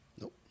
Nope